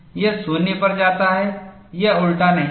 यह 0 पर जाता है यह उल्टा नहीं है